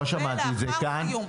לא שמעתי את זה כאן.